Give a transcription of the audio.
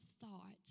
thought